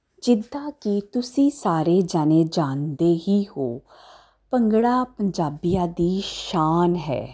ਜਿੱਦਾਂ ਕਿ ਤੁਸੀਂ ਸਾਰੇ ਜਾਣੇ ਜਾਣਦੇ ਹੀ ਹੋ ਭੰਗੜਾ ਪੰਜਾਬੀਆਂ ਦੀ ਸ਼ਾਨ ਹੈ